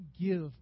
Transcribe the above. give